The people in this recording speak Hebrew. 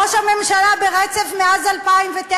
ראש הממשלה ברצף מאז 2009,